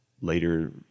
later